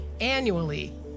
annually